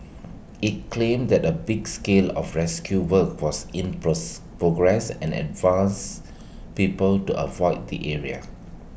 IT claimed that A big scale of rescue work was in progress and advised people to avoid the area